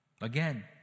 Again